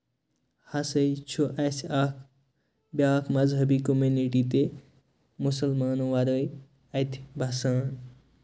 ہَسا یہِ چھُ اَسہِ اکھ بیٛاکھ مَذہبی کوٚمنِٹی تہِ مُسلمانن وَرٲے اَتہِ بَسان